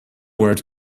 word